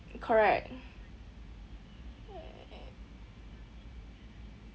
correct